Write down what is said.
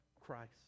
Christ